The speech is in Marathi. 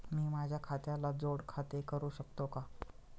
मी माझ्या खात्याला जोड खाते करू शकतो का?